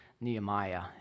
Nehemiah